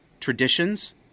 traditions